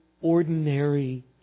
ordinary